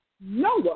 Noah